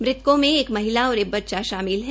मतृकों में एक महिला और बच्चा शामिल है